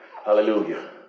Hallelujah